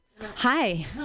Hi